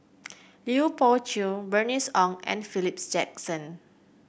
Lui Pao Chuen Bernice Ong and Philip Jackson